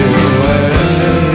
away